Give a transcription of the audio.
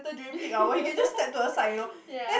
ya